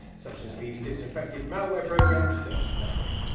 such as these disinfected malware programs does nothing.